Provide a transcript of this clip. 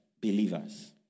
believers